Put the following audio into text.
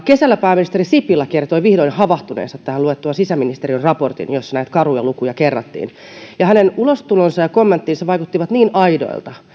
kesällä pääministeri sipilä kertoi havahtuneensa vihdoin tähän luettuaan sisäministeriön raportin jossa näitä karuja lukuja kerrattiin hänen ulostulonsa ja kommenttinsa vaikuttivat niin aidoilta